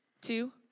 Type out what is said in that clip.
two